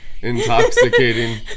intoxicating